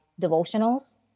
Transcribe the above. devotionals